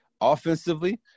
Offensively